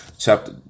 Chapter